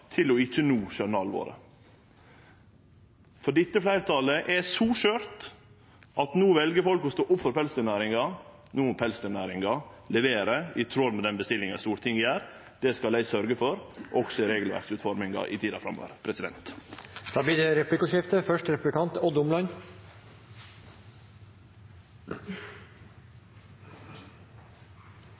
til ikkje no å skjøne alvoret. Dette fleirtalet er så skjørt at no vel folk å stå opp for pelsdyrnæringa – no må pelsdyrnæringa levere i tråd med den bestillinga Stortinget gjer. Det skal eg sørgje for også i regelverksutforminga i tida framover. Det blir replikkordskifte.